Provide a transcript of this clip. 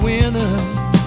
Winners